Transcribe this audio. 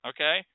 Okay